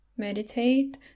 meditate